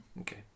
Okay